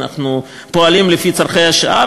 אנחנו פועלים לפי צורכי השעה,